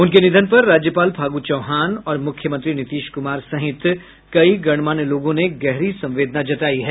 उनके निधन पर राज्यपाल फागू चौहान और मुख्यमंत्री नीतीश कुमार सहित कई गणमान्य लोगों ने गहरी संवेदना जतायी है